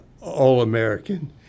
All-American